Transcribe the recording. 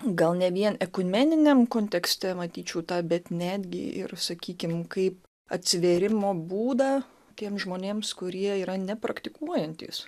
gal ne vien ekumeniniam kontekste matyčiau tą bet netgi ir sakykim kaip atsivėrimo būdą tiems žmonėms kurie yra nepraktikuojantys